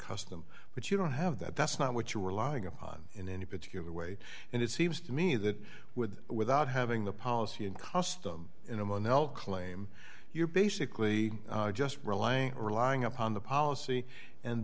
custom but you don't have that that's not what you were lying upon in any particular way and it seems to me that with without having the policy in custom in a mono claim you're basically just relying relying upon the policy and